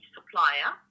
supplier